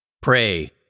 Pray